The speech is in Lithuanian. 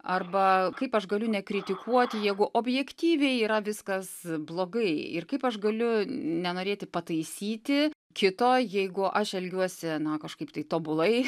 arba kaip aš galiu nekritikuoti jeigu objektyviai yra viskas blogai ir kaip aš galiu nenorėti pataisyti kito jeigu aš elgiuosi na kažkaip taip tobulai